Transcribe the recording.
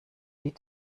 die